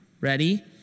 Ready